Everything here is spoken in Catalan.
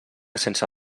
sense